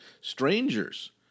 strangers